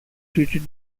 treated